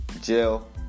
Jail